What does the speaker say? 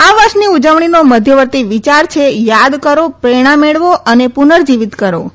આ વર્ષની ઉજવણીનો મધ્યવર્તી વિચાર છે યાદ કરો પ્રેરણા મેળવો અને પુનર્જીવીત કરો